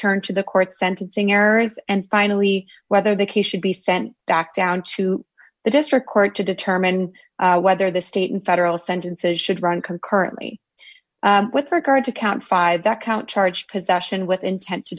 turn to the court's sentencing errors and finally whether the case should be sent back down to the district court to determine whether the state and federal sentences should run concurrently with regard to count five that count charged possession with intent to